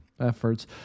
efforts